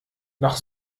nach